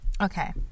Okay